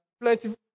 plenty